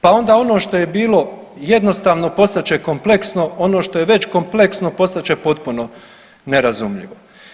Pa onda ono što je bilo jednostavno postat će kompleksno, ono što je već kompleksno postat će potpuno nerazumljivo.